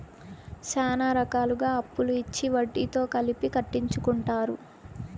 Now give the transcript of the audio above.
శ్యానా రకాలుగా అప్పులు ఇచ్చి వడ్డీతో కలిపి కట్టించుకుంటారు